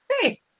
Hey